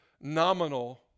nominal